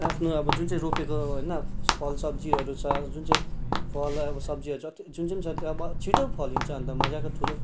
आफ्नो अब जुन चाहिँ रोपेको होइन फल सब्जीहरू छ जुन चाहिँ फल सब्जीहरू छ जुन जुन छ अब छिटो फल्छ अन्त मजाको ठुलो